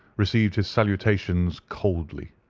received his salutations coldly,